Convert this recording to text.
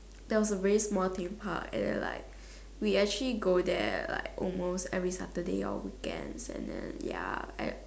there was a very small theme park and the like we actually go there like almost every Saturday or weekends and then ya I